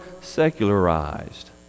secularized